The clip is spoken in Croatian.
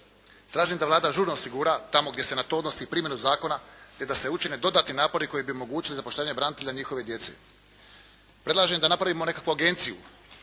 Tražim da Vlada žurno osigura tamo gdje se na to odnosi primjena zakona, te da se učine dodatni napori koji bi omogućili zapošljavanje branitelja njihove djece. Predlažem da napravimo nekakvu agenciju